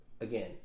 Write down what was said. again